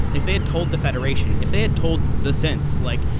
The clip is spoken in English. if they had told the federation, if they had told the sense like,